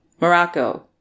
Morocco